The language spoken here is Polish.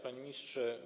Panie Ministrze!